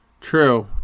True